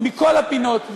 מכל הפינות,